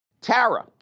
Tara